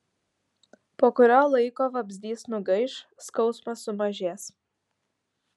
po kurio laiko vabzdys nugaiš skausmas sumažės